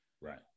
right